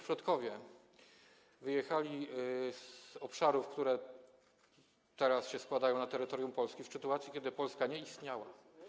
Przodkowie tych osób wyjechali z obszarów, które teraz się składają na terytoriom Polski, w sytuacji kiedy Polska nie istniała.